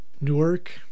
Newark